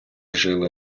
жили